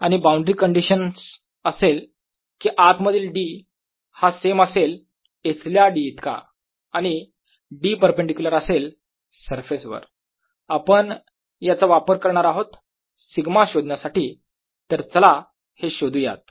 आणि boundary condition असेल की आतमधील D हा सेम असेल इथल्या D इतका आणि D परपेंडीक्युलर असेल सरफेसवरआपण याचा वापर करणार आहोत σ शोधण्यासाठी तर चला हे शोधुयात